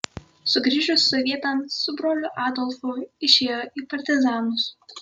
sugrįžus sovietams su broliu adolfu išėjo į partizanus